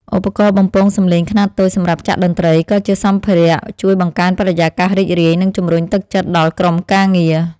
ឧបករណ៍បំពងសំឡេងខ្នាតតូចសម្រាប់ចាក់តន្ត្រី ក៏ជាសម្ភារៈជួយបង្កើនបរិយាកាសរីករាយ និងជំរុញទឹកចិត្តដល់ក្រុមការងារ។